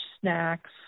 snacks